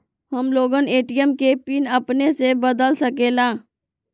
हम लोगन ए.टी.एम के पिन अपने से बदल सकेला?